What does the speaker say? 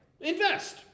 invest